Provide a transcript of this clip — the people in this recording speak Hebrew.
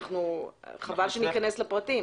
חבל שניכנס לפרטים,